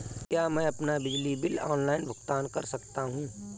क्या मैं अपना बिजली बिल ऑनलाइन भुगतान कर सकता हूँ?